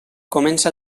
comença